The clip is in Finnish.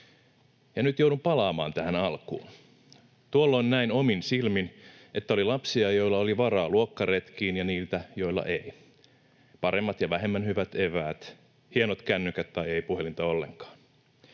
ja nyt joudun palaamaan tähän alkuun. Tuolloin näin omin silmin, että oli lapsia, joilla oli varaa luokkaretkiin, ja niitä, joilla ei, paremmat ja vähemmän hyvät eväät, hienot kännykät tai ei puhelinta ollenkaan.